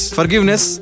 Forgiveness